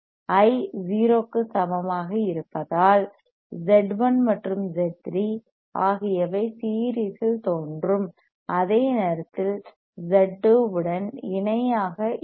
I 0 க்கு சமமாக இருப்பதால் Z1 மற்றும் Z3 ஆகியவை சீரிஸ் இல் தோன்றும் அதே நேரத்தில் Z2 உடன் இணையாக இருக்கும்